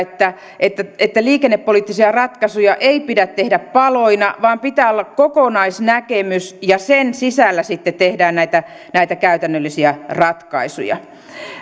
että että liikennepoliittisia ratkaisuja ei pidä tehdä paloina vaan pitää olla kokonaisnäkemys ja sen sisällä sitten tehdään näitä näitä käytännöllisiä ratkaisuja